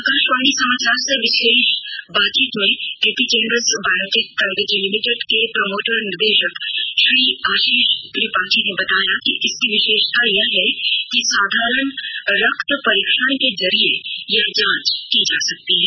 आकाशवाणी समाचार से विशेष बातचीत में एपिजेनेरेस बायोटेक प्राइवेट लिमिटेड के प्रमोटर निदेशक श्री आशीष त्रिपाठी ने कहा कि इसकी विशेषता यह है कि साधारण रक्त परीक्षण के जरिये यह जांच की जा सकती है